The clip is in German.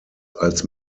als